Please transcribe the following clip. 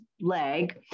leg